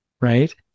right